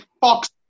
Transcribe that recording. Fox